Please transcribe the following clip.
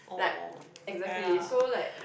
like exactly so like